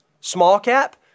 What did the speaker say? Small-cap